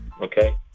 Okay